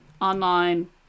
online